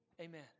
Amen